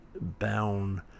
bound